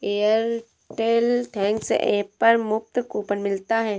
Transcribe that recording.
Airtel thanks app पर मुफ्त coupon मिलता है